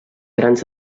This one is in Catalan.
grans